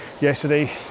Yesterday